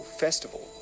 festival